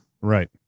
Right